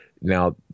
Now